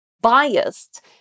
biased